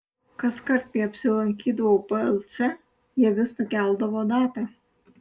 kaskart kai apsilankydavau plc jie vis nukeldavo datą